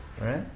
right